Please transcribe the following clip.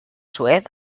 suez